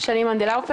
ההודעה אושרה.